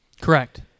Correct